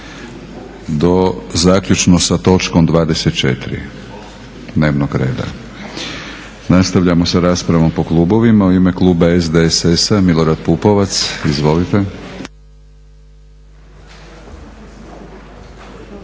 do zaključno sa točkom 24 dnevnog reda. Nastavljamo sa raspravom po klubovima. U ime kluba SDSS-a Milorad Pupovac. Izvolite.